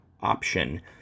option